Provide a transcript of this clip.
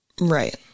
Right